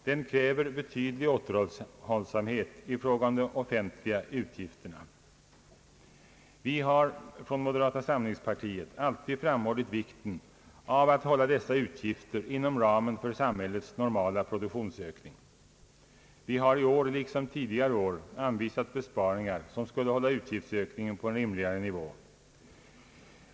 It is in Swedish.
Den kräver betydlig återhållsamhet i fråga om de offentliga utgifterna. Vi har från moderata samlingspartiet alltid framhållit vikten av att hålla dessa utgifter inom ramen för samhällets normala produktionsökning. Vi har i år liksom tidigare år anvisat besparingar som skulle hålla utgiftsökningen på en rimligare nivå.